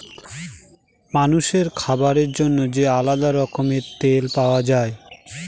মানুষের খাবার জন্য যে আলাদা রকমের তেল পাওয়া যায়